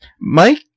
Mike